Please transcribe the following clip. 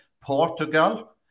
Portugal